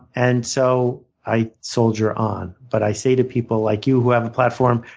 and so i soldier on. but i say to people like you who have a platform,